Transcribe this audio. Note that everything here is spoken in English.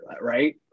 right